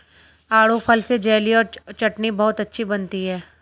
आड़ू फल से जेली और चटनी बहुत अच्छी बनती है